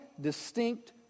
distinct